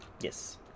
Yes